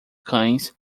cães